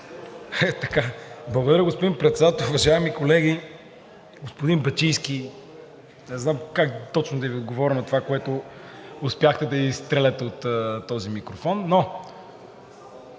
Благодаря, господин Председател. Уважаеми колеги! Господин Бачийски, не знам как точно да отговоря на това, което успяхте да изстреляте от този микрофон, но